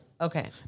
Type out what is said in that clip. Okay